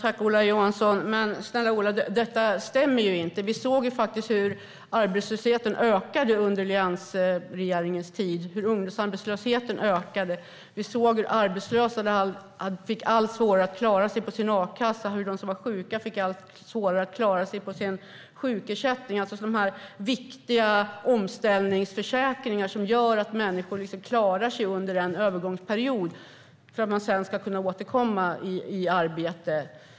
Fru talman! Men, snälla Ola Johansson, detta stämmer inte. Vi såg hur arbetslösheten och ungdomsarbetslösheten ökade under alliansregeringens tid. Vi såg hur arbetslösa fick allt svårare att klara sig på sin a-kassa och hur de sjuka fick allt svårare att klara sig på sin sjukersättning. Det är viktiga omställningsförsäkringar som ska göra att människor kan klara sig under en övergångsperiod så att de på sikt kan återkomma i arbete.